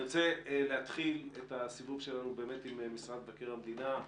אני רוצה להתחיל את הדיון עם משרד מקר המדינה,